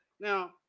Now